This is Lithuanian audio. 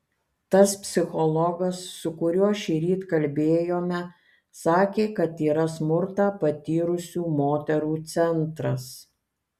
tas psichologas su kuriuo šįryt kalbėjome sakė kad yra smurtą patyrusių moterų centras